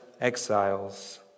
exiles